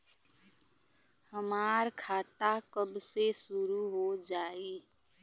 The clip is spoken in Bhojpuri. हमार खाता कब से शूरू हो जाई?